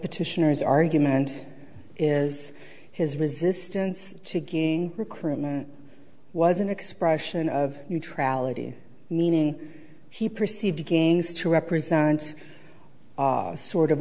petitioners argument is his resistance to getting recruitment was an expression of neutrality meaning he perceived gangs to represent a sort of